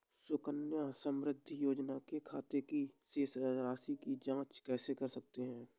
सुकन्या समृद्धि योजना के खाते की शेष राशि की जाँच कैसे कर सकते हैं?